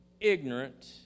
ignorant